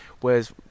Whereas